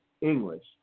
english